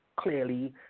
clearly